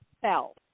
fell